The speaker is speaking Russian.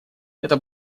это